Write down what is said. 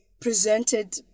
presented